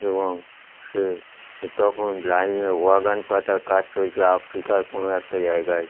এবং সে তখন লাইনের ওয়াগন পাতার কাজ চলছে আফ্রিকার কোনো একটা জায়গায়